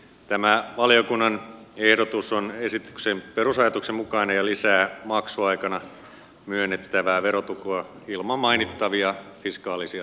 tämä valiokunnan ehdotus on esityksen perusajatuksen mukainen ja lisää maksuaikana myönnettävää verotukea ilman mainittavia fiskaalisia seuraamuksia